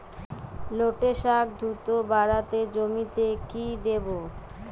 লটে শাখ দ্রুত বাড়াতে জমিতে কি দেবো?